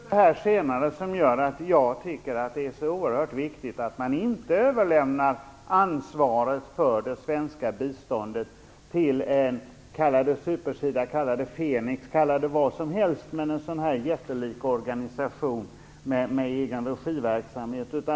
Herr talman! Det är just det som Kristina Svensson sade sist som gör att jag tycker att det är så oerhört viktigt att man inte överlämnar ansvaret för det svenska biståndet till en jättelik organisation med egenregiverksamhet - kalla det super-SIDA, Fenix eller vad som helst.